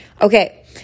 Okay